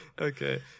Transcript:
Okay